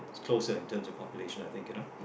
it's closer in terms of population I think you know